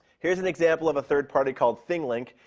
here's an example of a third party called thing link,